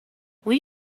will